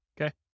Okay